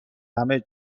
همه